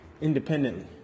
independently